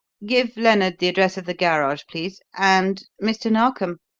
give lennard the address of the garage, please and mr. narkom!